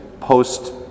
post